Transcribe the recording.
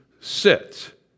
sit